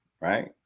right